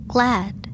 Glad